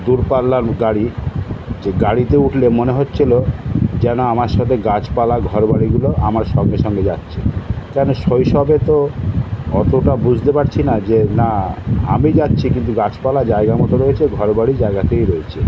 দূর পাল্লার গাড়ি যে গাড়িতে উঠলে মনে হচ্ছিল যেন আমার সাথে গাছপালা ঘর বাড়িগুলো আমার সঙ্গে সঙ্গে যাচ্ছে যেন শৈশবে তো অতটা বুঝতে পারছি না যে না আমি যাচ্ছি কিন্তু গাছপালা জায়গামতো রয়েছে ঘর বাড়ি জায়গাতেই রয়েছে